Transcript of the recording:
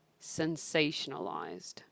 sensationalized